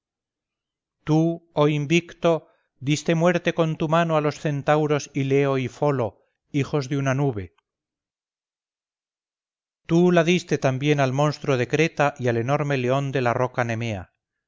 tú oh invicto diste muerte con tu mano a los centauros hileo y folo hijos de una nube tú la diste también al monstruo de creta y al enorme león de la roca nemea